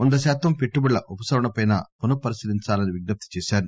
వందశాతం పెట్లుబడుల ఉపసంహరణపై పునఃపరిశీలించాలని విజ్ఞప్తి చేశారు